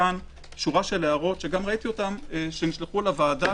הוזכרו כאן שורת הערות שנשלחו לוועדה